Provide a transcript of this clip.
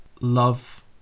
love